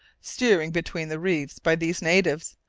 steered between the reefs by these natives,